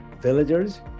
villagers